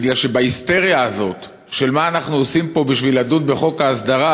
בגלל שבהיסטריה הזאת של מה אנחנו עושים פה בשביל לדון בחוק ההסדרה,